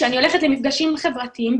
כשאני הולכת למפגשים חברתיים,